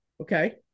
okay